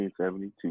1972